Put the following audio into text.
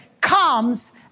comes